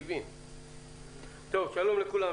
שלום לכולם.